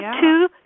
two